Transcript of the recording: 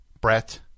Brett